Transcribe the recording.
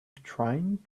trying